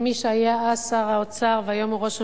מי שהיה שר האוצר והיום הוא ראש הממשלה,